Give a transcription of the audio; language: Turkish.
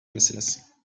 misiniz